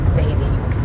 dating